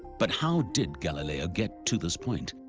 but how did galileo get to this point?